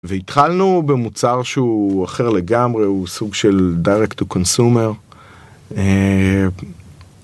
והתחלנו במוצר שהוא אחר לגמרי הוא סוג של direct to consumer.